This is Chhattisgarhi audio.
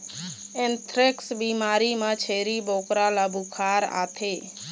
एंथ्रेक्स बिमारी म छेरी बोकरा ल बुखार आथे